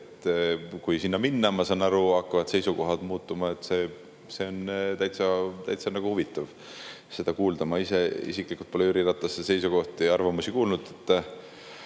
Kui sinna [astuda], ma saan aru, hakkavad seisukohad muutuma. On täitsa huvitav seda kuulda, ma isiklikult pole Jüri Ratase seisukohti ja arvamusi kuulnud.